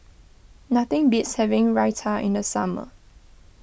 nothing beats having Raita in the summer